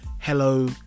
hello